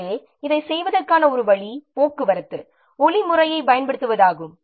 எனவே இதைச் செய்வதற்கான ஒரு வழி போக்குவரத்து ஒளி முறையைப் பயன்படுத்துவதாகும்